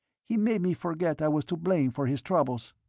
he made me forget i was to blame for his troubles.